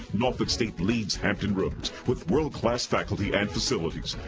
norfolk state leads hampton roads with world class faculty and facilities.